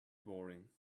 boring